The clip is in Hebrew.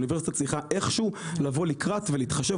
האוניברסיטה צריכה איכשהו לבוא לקראת ולהתחשב